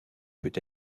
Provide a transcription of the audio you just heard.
peut